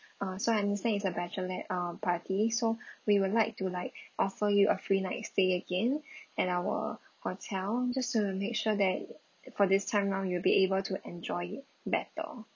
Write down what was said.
uh so I understand it's a bachelorette uh party so we would like to like offer you a free night stay again at our hotel just to make sure that for this time round you'll be able to enjoy it better